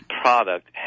product